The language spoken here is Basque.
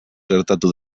gertatu